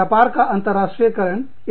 व्यापार का अंतरराष्ट्रीयकरण